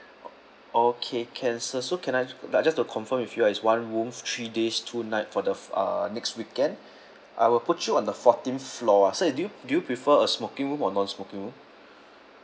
oh okay can sir so can I that I just to confirm with you as one room for three days two night for the for uh next weekend I will put you on the fourteenth floor sir do you do you prefer a smoking or non-smoking room